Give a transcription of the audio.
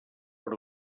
per